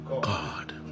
God